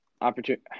opportunity